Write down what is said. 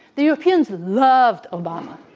the europeans loved obama.